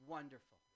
Wonderful